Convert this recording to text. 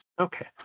Okay